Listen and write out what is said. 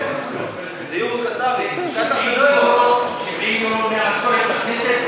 למה לא ידעת את זה?